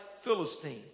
Philistine